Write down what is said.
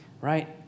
right